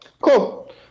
Cool